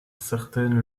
certaines